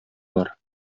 бар